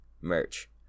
merch